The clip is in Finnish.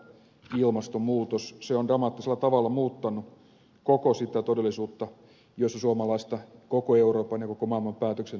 se on dramaattisella tavalla muuttanut koko sitä todellisuutta jossa suomalaista koko euroopan ja koko maailman päätöksentekoa tehdään